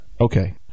Okay